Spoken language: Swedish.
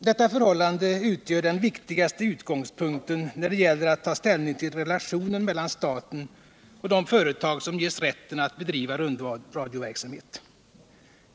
Detta förhållande utgör den viktigaste utgångspunkten när det gäller att ta ställning till relationen mellan staten och de företag som ges rätten att bedriva rundradioverksamhet.